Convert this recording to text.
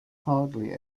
hardly